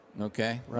okay